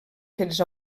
fets